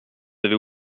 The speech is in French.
avez